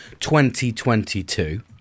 2022